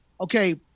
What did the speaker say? Okay